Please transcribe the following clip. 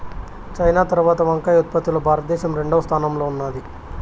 China తరవాత వంకాయ ఉత్పత్తి లో భారత దేశం రెండవ స్థానం లో ఉన్నాది